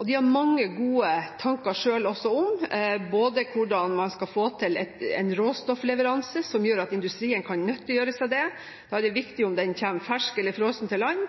og de har mange gode tanker selv også om hvordan man skal få til en råstoffleveranse som gjør at industrien kan nyttiggjøre seg det. Da er det viktig om den kommer fersk eller frossen til land.